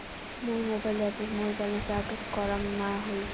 মোর mobile অ্যাপে মোর balance update করাং না হই